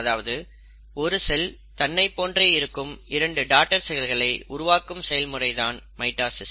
அதாவது ஒரு செல் தன்னைப் போன்றே இருக்கும் இரண்டு டாடர் செல்களை உருவாக்கும் செயல்முறை தான் மைட்டாசிஸ்